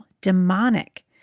demonic